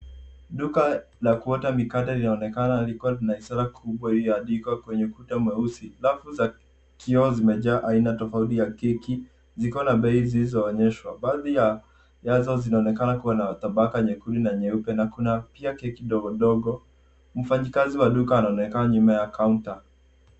Duka la kuota mikate linaonekana likiwa na ishara kubwa iliyo andikwa kwenye ukuta mweusi. Rafu za kioo zimejaa aina tofauti ya keki zikiwa na bei zilizo onyeshwa baadhi yazo zinaonekana kuwa na tabaka nyekundu na nyeupe na kuna pia keki ndogo ndogo. Mfanyi kazi wa duka anaonekana nyuma ya counter .